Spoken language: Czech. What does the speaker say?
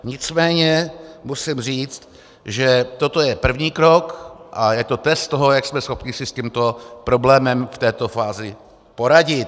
Nicméně musím říct, že toto je první krok a je to test toho, jak jsme schopni si s tímto problémem v této fázi poradit.